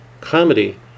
comedy